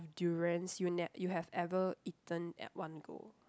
durians you ne~ you have ever eaten at one go